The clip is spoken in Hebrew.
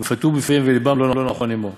'יפתוהו בפיהם ולבם לא נכון עמו'.